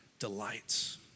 Delights